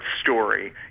story